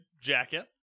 jacket